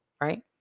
right